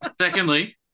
Secondly